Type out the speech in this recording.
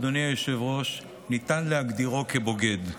אדוני היושב-ראש, ניתן להגדירו כבוגד.